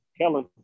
Kellen